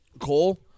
Cole